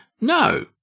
No